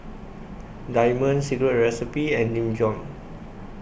Diamond Secret Recipe and Nin Jiom